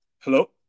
Hello